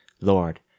Lord